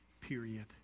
period